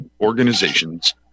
organizations